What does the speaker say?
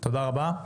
תודה רבה.